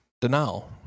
denial